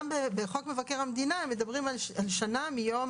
גם בחוק מבקר המדינה מדברים על שנה מיום